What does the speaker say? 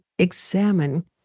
Examine